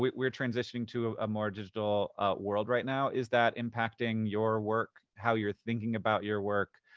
we're transitioning to a more digital world right now. is that impacting your work, how you're thinking about your work?